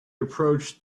approached